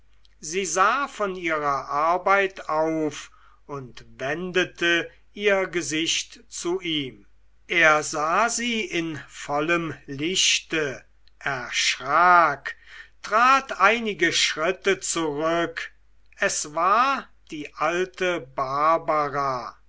sie sah von ihrer arbeit auf und wendete ihr gesicht zu ihm er sah sie in vollem lichte erschrak trat einige schritte zurück es war die alte barbara